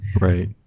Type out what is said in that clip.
Right